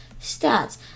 stats